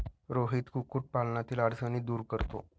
रोहित कुक्कुटपालनातील अडचणी दूर करतो